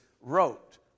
wrote